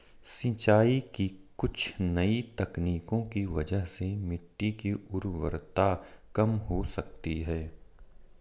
सिंचाई की कुछ नई तकनीकों की वजह से मिट्टी की उर्वरता कम हो सकती है